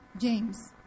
James